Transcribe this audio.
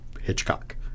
Hitchcock